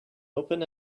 open